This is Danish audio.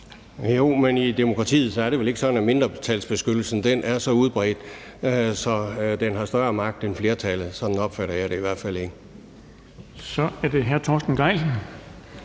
i et demokrati er det vel ikke sådan, at mindretalsbeskyttelsen er så udbredt, at den har større magt end flertallet? Sådan opfatter jeg det i hvert fald ikke. Kl. 14:59 Den fg.